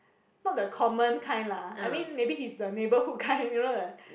not the common kind lah I mean he's the neighbourhood kind you know the